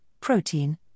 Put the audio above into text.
protein